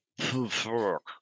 fuck